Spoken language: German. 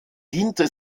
diente